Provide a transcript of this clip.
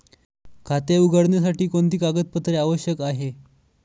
खाते उघडण्यासाठी कोणती कागदपत्रे आवश्यक आहे?